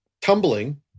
tumbling